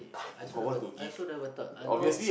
I also never I also never thought I know